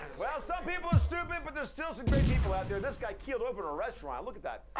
well, some people are stupid, but there's still some great people out there. this guy keeled over in a restaurant. look at that.